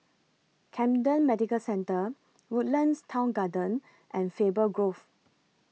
Camden Medical Centre Woodlands Town Garden and Faber Grove